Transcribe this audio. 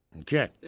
Okay